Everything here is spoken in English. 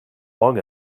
long